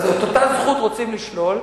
אז את אותה זכות רוצים לשלול.